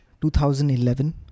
2011